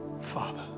Father